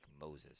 Moses